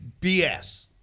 bs